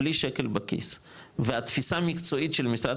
בלי שקל בכיס והתפיסה המקצועית של משרד